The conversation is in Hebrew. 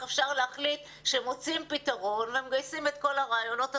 אפשר להחליט שמוצאים פתרון ומגייסים את כל הרעיונות הטובים.